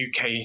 UK